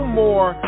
more